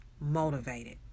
motivated